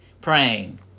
praying